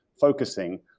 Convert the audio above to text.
focusing